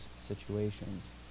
situations